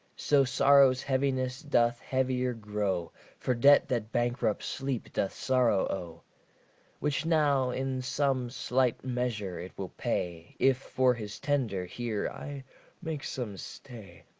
so sorrow's heaviness doth heavier grow for debt that bankrupt sleep doth sorrow owe which now in some slight measure it will pay, if for his tender here i make some stay.